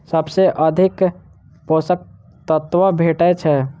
सबसँ अधिक पोसक तत्व भेटय छै?